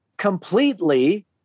completely